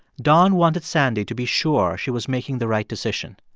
don wanted sandy to be sure she was making the right decision.